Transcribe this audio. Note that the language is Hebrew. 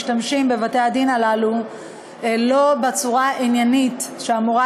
משתמשים בבתי-הדין הללו לא בצורה העניינית שאמורה